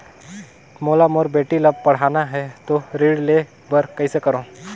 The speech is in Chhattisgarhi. मोला मोर बेटी ला पढ़ाना है तो ऋण ले बर कइसे करो